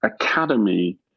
academy